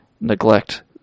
neglect